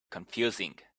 confusing